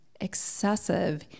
excessive